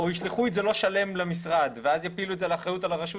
או ישלחו את זה לא שלם למשרד ואז יפילו את האחריות על הרשות